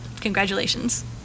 Congratulations